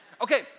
okay